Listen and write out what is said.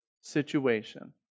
situation